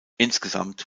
insgesamt